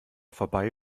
vorbei